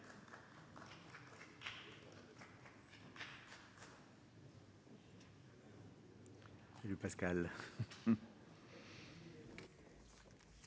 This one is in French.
Merci